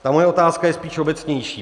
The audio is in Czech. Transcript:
Ta moje otázka je spíš obecnější.